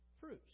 Fruits